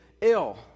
ill